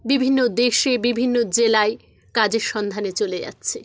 বিভিন্ন দেশে বিভিন্ন জেলায় কাজের সন্ধানে চলে যাচ্ছে